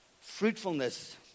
fruitfulness